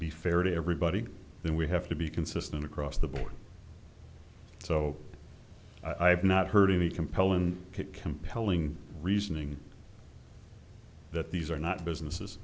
be fair to everybody then we have to be consistent across the board so i've not heard any compelling compelling reasoning that these are not businesses